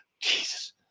Jesus